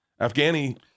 Afghani